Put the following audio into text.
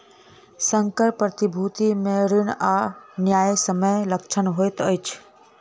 संकर प्रतिभूति मे ऋण आ न्यायसम्य लक्षण होइत अछि